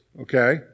okay